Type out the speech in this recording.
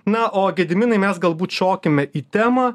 na o gediminai mes galbūt šokime į temą